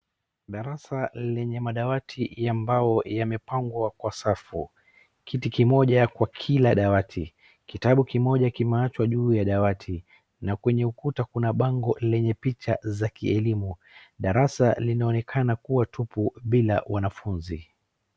Darasa lenye madawati ya mbao yamepangwa kwa safu. Kiti kimoja kila dawati. Kitabu kimoja kimeachwa juu ya dawati na kwenye ukuta kuna bango lenye picha za kielimu. Darasa linaonekana kuwa tupu bila wanafunzi.